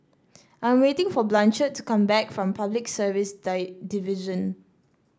I'm waiting for Blanchard to come back from Public Service Die Division